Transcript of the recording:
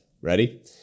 Ready